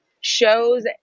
shows